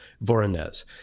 Voronezh